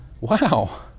Wow